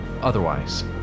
Otherwise